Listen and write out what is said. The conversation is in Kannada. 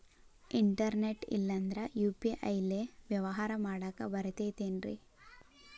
ಇಂಟರ್ನೆಟ್ ಇಲ್ಲಂದ್ರ ಯು.ಪಿ.ಐ ಲೇ ವ್ಯವಹಾರ ಮಾಡಾಕ ಬರತೈತೇನ್ರೇ?